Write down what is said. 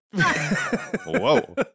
Whoa